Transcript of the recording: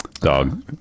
Dog